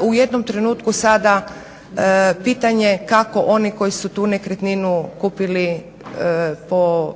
u jednom trenutku sada pitanje kako oni koji su tu nekretninu kupili po